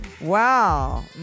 Wow